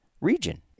region